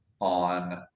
on